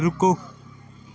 ਰੁਕੋ